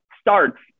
starts